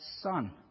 son